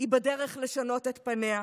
בדרך לשנות את פניה,